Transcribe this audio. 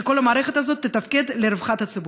שכל המערכת הזאת תתפקד לרווחת הציבור.